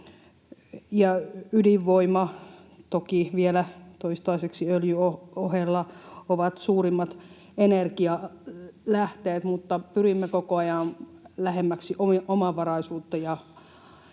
toki vielä toistaiseksi öljyn ohella ovat suurimmat energialähteet, mutta pyrimme koko ajan lähemmäksi omavaraisuutta ja